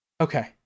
Okay